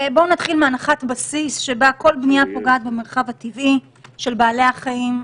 בואו נתחיל מהנחת בסיס שבה כל בנייה פוגעת במרחב הטבעי של בעלי החיים,